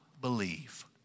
believe